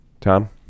Tom